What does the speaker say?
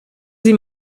sie